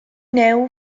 neu